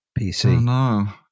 PC